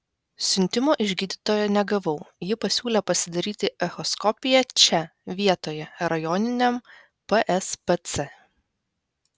siuntimo iš gydytojo negavau ji pasiūlė pasidaryti echoskopiją čia vietoje rajoniniam pspc